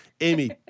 amy